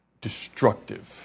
destructive